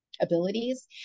abilities